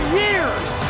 years